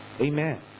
Amen